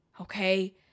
okay